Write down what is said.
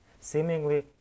Seemingly